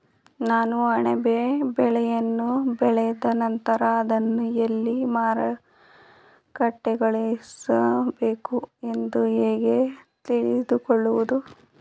ನಾನು ಅಣಬೆ ಬೆಳೆಯನ್ನು ಬೆಳೆದ ನಂತರ ಅದನ್ನು ಎಲ್ಲಿ ಮಾರುಕಟ್ಟೆಗೊಳಿಸಬೇಕು ಎಂದು ಹೇಗೆ ತಿಳಿದುಕೊಳ್ಳುವುದು?